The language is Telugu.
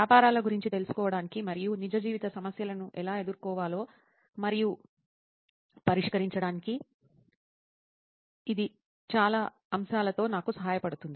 వ్యాపారాల గురించి తెలుసుకోవడానికి మరియు నిజ జీవిత సమస్యలను ఎలా ఎదుర్కోవాలో మరియు వాటిని పరిష్కరించడానికి ఇది చాలా అంశాలతో నాకు సహాయపడుతుంది